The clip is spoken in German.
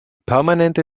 permanente